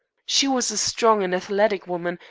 she was a strong and athletic woman,